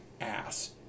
ass